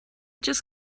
just